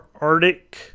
Arctic